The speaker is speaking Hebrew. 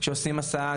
כשעושים הסעה,